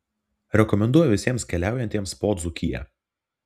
rekomenduoju visiems keliaujantiems po dzūkiją